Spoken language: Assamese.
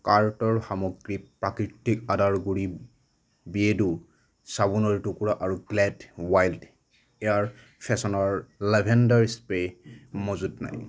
কাৰ্টৰ সামগ্ৰী প্ৰাকৃতিক আদাৰ গুড়ি বিয়েৰ্ডো চাবোনৰ টুকুৰা আৰু Glade wild air freshener lavender spray মজুত নাই